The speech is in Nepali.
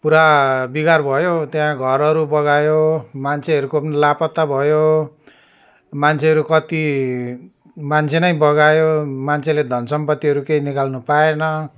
पुरा बिगार भयो त्यहाँ घरहरू बगायो मान्छेहरूको पनि लापता भयो मान्छेहरू कति मान्छे नै बगायो मान्छेले धन सम्पत्तिहरू केही निकाल्नु पाएन